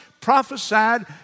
prophesied